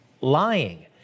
lying